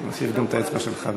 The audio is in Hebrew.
נוסיף גם את האצבע שלך.